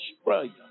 australia